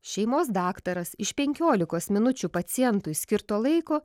šeimos daktaras iš penkiolikos minučių pacientui skirto laiko